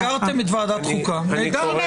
סגרתם את ועדת החוקה, נהדר.